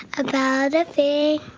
about a